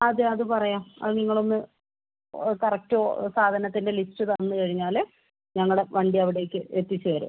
അതെ അത് പറയുക അത് നിങ്ങളൊന്ന് കറക്റ്റ് സാധനത്തിൻ്റെ ലിസ്റ്റ് തന്നുകഴിഞ്ഞാല് ഞങ്ങളുടെ വണ്ടി അവിടേക്ക് എത്തിച്ച് തരും